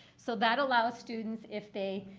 so that allows students, if they,